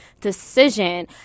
decision